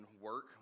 work